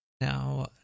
Now